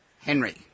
Henry